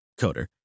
coder